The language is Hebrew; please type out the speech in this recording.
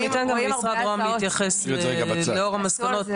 יש בעיה עם המדידה.